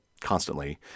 constantly